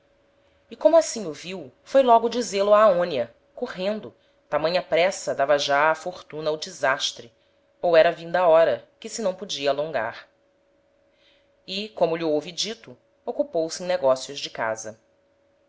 e como assim o viu foi logo dizê-lo a aonia correndo tamanha pressa dava já a fortuna ao desastre ou era vinda a hora que se não podia alongar e como lh'o houve dito ocupou se em negocios de casa